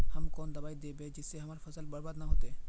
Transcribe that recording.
हम कौन दबाइ दैबे जिससे हमर फसल बर्बाद न होते?